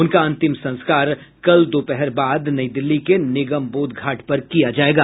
उनका अंतिम संस्कार कल दोपहर बाद नई दिल्ली के निगमबोध घाट पर किया जायेगा